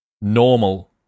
normal